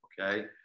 okay